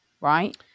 right